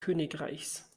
königreichs